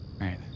right